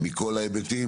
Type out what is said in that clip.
מכל ההיבטים.